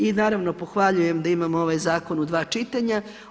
I naravno pohvaljujem da imamo ovaj zakon u dva čitanja.